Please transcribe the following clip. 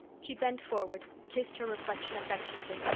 she bent forward, kissed her reflection affectionately,